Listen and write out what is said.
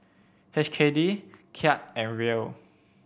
H K D Kyat and Riel